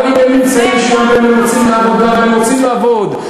אבל הם יוצאים לעבודה והם רוצים לעבוד.